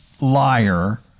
liar